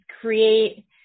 create